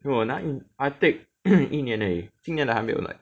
我拿一 I take 一年而已今年的还没有来